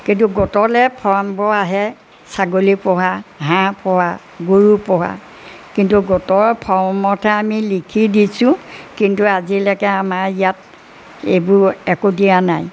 কিন্তু গোটলৈ ফৰ্মবোৰ আহে ছাগলী পোহা হাঁহ পোহা গৰু পোহা কিন্তু গোটৰ ফৰ্মতে আমি লিখি দিছোঁ কিন্তু আজিলৈকে আমাৰ ইয়াত এইবোৰ একো দিয়া নাই